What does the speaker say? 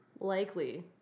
Likely